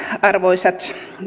arvoisat